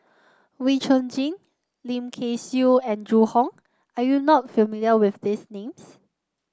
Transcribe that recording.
Wee Chong Jin Lim Kay Siu and Zhu Hong are you not familiar with these names